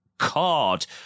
card